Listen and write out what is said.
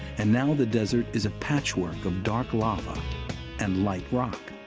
and now the desert is a patchwork of dark lava and light rock.